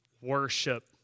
worship